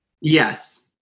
Yes